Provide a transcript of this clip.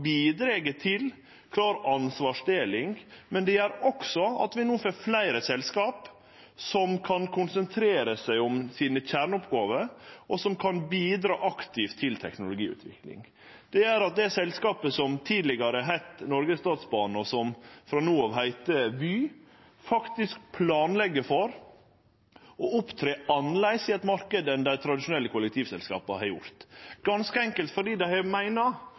bidreg til klar ansvarsdeling, men gjer også at vi no får fleire selskap, som kan konsentrere seg om kjerneoppgåvene sine, og som kan bidra aktivt til teknologiutvikling. Det gjer at det selskapet som tidlegare heitte Noregs Statsbanar, som frå no av heiter Vy, planlegg for å opptre annleis i marknaden enn det dei tradisjonelle kollektivselskapa har gjort, ganske enkelt fordi dei har